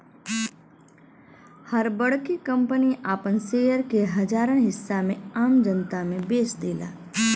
हर बड़की कंपनी आपन शेयर के हजारन हिस्सा में आम जनता मे बेच देला